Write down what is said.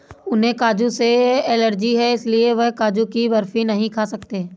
उन्हें काजू से एलर्जी है इसलिए वह काजू की बर्फी नहीं खा सकते